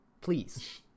Please